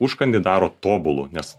užkandį daro tobulu nes